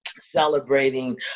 celebrating